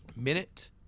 Minute